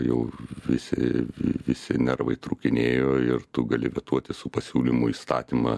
jau visi visi nervai trūkinėjo ir tu gali vetuoti su pasiūlymu įstatymą